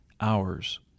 hours